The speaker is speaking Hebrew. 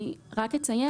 אני רק אציין,